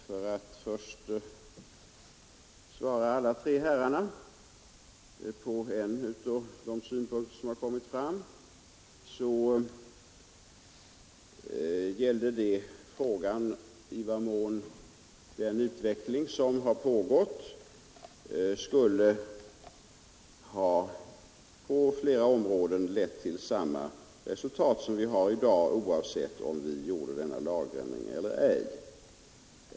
Först vill jag svara alla tre herrarna när det gäller frågan i vad mån den utveckling som har pågått skulle ha lett till samma resultat på flera områden som vi har i dag, oavsett om vi gjort denna lagändring eller ej.